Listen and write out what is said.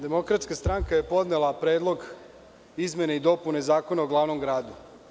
Demokratska stranka je podnela Predlog izmene i dopune Zakona o glavnom gradu.